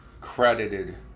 credited